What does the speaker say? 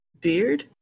Beard